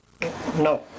No